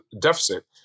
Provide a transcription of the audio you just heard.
deficit